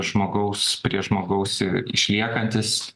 žmogaus prie žmogaus ir išliekantis